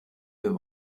wir